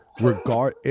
regard